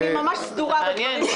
אני ממש סדורה בדברים שלי,